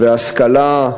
והשכלה,